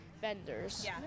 vendors